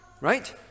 right